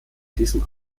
diesem